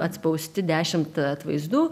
atspausti dešimt atvaizdų